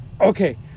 Okay